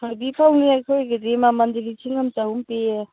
ꯊꯣꯏꯕꯤ ꯐꯧꯅꯦ ꯑꯩꯈꯣꯏꯒꯤꯗꯤ ꯃꯃꯜ ꯂꯤꯁꯤꯡ ꯑꯃ ꯆꯍꯨꯝ ꯄꯤꯌꯦ